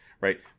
right